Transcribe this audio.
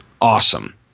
awesome